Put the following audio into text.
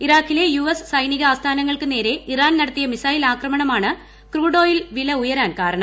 ഇറാഖിലെ U S സൈനിക ആസ്ഥാനങ്ങൾക്ക് ന്റെരെ ഇറാൻ നടത്തിയ മിസൈൽ ആക്രമണമാണ് ക്രൂഡ് ഓയിൽ പില് ഉയരാൻ കാരണം